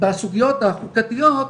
תודה שונית,